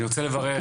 אני רוצה לברך